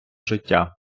життя